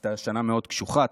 הייתה שנה מאוד קשוחה,